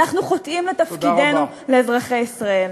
אנחנו חוטאים בתפקידנו לאזרחי ישראל.